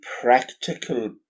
practical